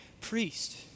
priest